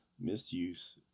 misuse